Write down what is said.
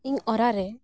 ᱤᱧ ᱚᱲᱟᱜ ᱨᱮ